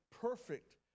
perfect